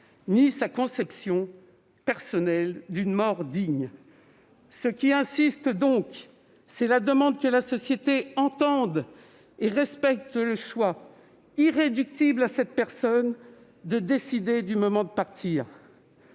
ni sa conception personnelle d'une mort digne. Ce qui insiste donc, c'est la demande que la société entende et respecte le choix, irréductible à l'individu, de décider du moment de partir,